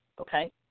Okay